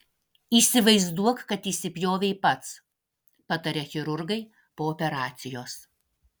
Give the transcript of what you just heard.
įsivaizduok kad įsipjovei pats pataria chirurgai po operacijos